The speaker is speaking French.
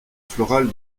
floral